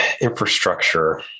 infrastructure